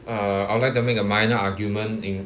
uh I would like to make a minor argument in